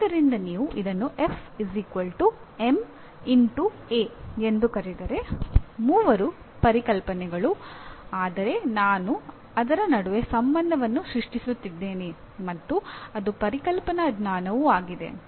ಆದ್ದರಿಂದ ನೀವು ಇದನ್ನು F ma ಎಂದು ಕರೆದರೆ ಮೂವರೂ ಪರಿಕಲ್ಪನೆಗಳು ಆದರೆ ನಾನು ಅವರ ನಡುವೆ ಸಂಬಂಧವನ್ನು ಸೃಷ್ಟಿಸುತ್ತಿದ್ದೇನೆ ಮತ್ತು ಅದು ಪರಿಕಲ್ಪನಾ ಜ್ಞಾನವೂ ಆಗಿದೆ